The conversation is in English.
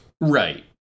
Right